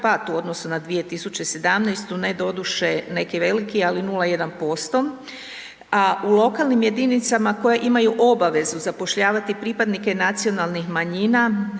u odnosu na 2017., ne doduše neki veliki, ali 0,1%. A u lokalnim jedinicama koje imaju obavezu zapošljavati pripadnike nacionalnih manjina